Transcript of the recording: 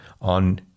on